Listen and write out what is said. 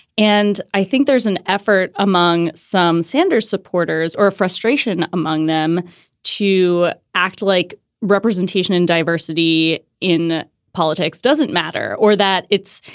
and i think there's an effort among some sanders supporters or a frustration among them to act like representation and diversity in politics doesn't matter or that it's,